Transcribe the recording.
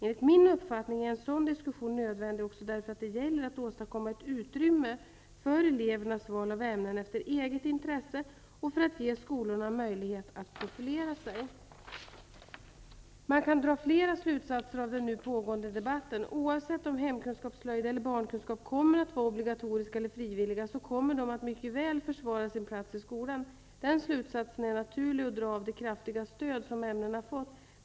Enligt min uppfattning är en sådan diskussion nödvändig också därför att det gäller att åstadkomma ett utrymme för elevernas val av ämnen efter eget intresse och för att ge skolorna möjlighet att profilera sig. Man kan dra flera slutsatser av den nu pågående debatten. Oavsett om hemkunskap, slöjd eller barnkunskap kommer att vara obligatoriska eller frivilliga kommer de att mycket väl försvara sin plats i skolan. Den slutsatsen är naturlig att dra av det kraftiga stöd som ämnena fått.